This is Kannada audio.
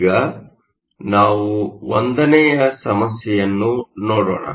ಈಗ ನಾವು 1 ನೇಯ ಸಮಸ್ಯೆಯನ್ನು ನೋಡೊಣ